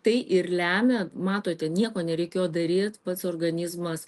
tai ir lemia matote nieko nereikėjo daryt pats organizmas